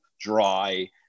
dry